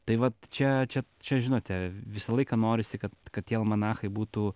tai vat čia čia čia žinote visą laiką norisi kad kad tie almanachai būtų